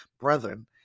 brethren